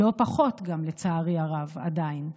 גם לא פחות, לצערי הרב, עדיין,